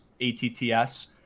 ATTS